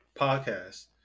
podcast